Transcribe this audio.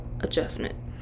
adjustment